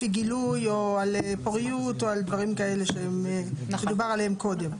אי גילוי או על פוריות או על דברים כאלה שדובר עליהם קודם,